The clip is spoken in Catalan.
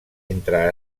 entre